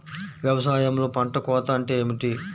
వ్యవసాయంలో పంట కోత అంటే ఏమిటి?